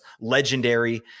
legendary